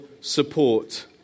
support